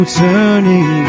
turning